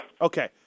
Okay